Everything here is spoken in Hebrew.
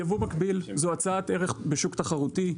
ייבוא מקביל זו הצעת ערך בשוק תחרותי,